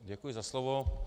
Děkuji za slovo.